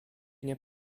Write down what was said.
nie